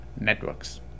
networks